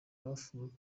bafunzwe